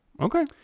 Okay